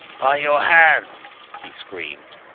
by your hands, he screamed.